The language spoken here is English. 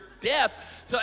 death